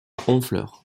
honfleur